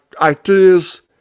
ideas